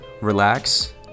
relax